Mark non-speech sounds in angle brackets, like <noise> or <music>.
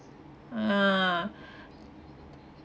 ah <breath>